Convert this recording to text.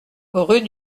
rue